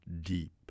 Deep